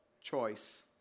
choice